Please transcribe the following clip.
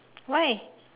why